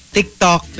TikTok